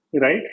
right